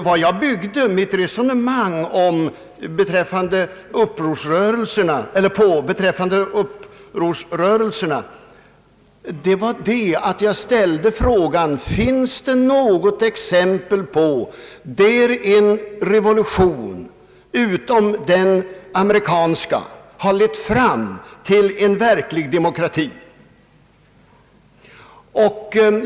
Vad jag byggde mitt resonemang beträffande upprorsrörelserna på var att jag ställde frågan: Finns det något exempel på att en revolution utom den amerikanska lett fram till en verklig demokrati?